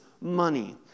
money